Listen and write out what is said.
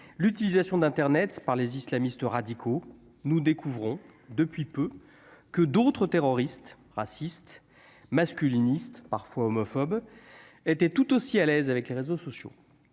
l'utilisation d'Internet par les islamistes radicaux, nous découvrons depuis peu que d'autres terroristes racistes masculiniste parfois homophobe était tout aussi à l'aise avec les réseaux sociaux,